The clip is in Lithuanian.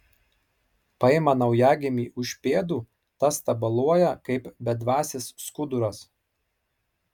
paima naujagimį už pėdų tas tabaluoja kaip bedvasis skuduras